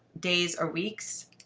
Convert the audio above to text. days, or weeks.